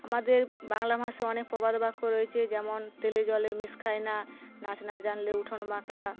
আমাদের বাংলা ভাষায় অনেক প্রবাদ বাক্য রয়েছে যেমন তেলে জলে মিশ খায় না নাচ না জানলে উঠোন বাঁকা